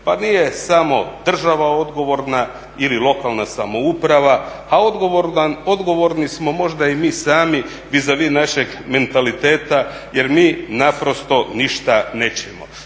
pa nije samo država odgovorna ili lokalna samouprava, a odgovorni smo mi možda i sami vis a vis našeg mentaliteta jer mi naprosto ništa nećemo.